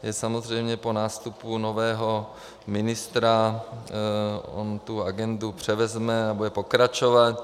Teď samozřejmě po nástupu nového ministra on tu agendu převezme a bude pokračovat.